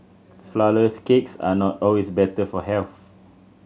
flourless cakes are not always better for health